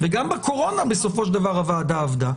וגם בקורונה בסופו של דבר הוועדה עבדה,